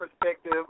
perspective